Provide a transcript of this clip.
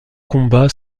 combat